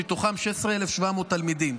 ומהם 16,700 תלמידים.